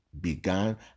began